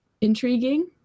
Intriguing